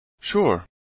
Sure